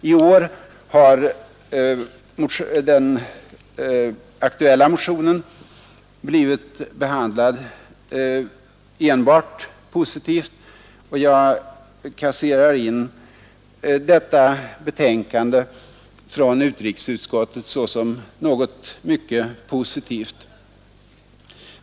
I år har den aktuella motionen blivit behandlad enbart positivt, och jag kasserar in detta betänkande från utrikesutskottet såsom mycket positivt.